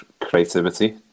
creativity